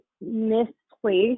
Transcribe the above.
misplaced